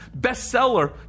bestseller